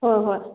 ꯍꯣꯏ ꯍꯣꯏ